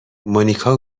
مونیکا